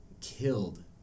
killed